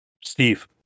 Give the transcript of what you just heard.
steve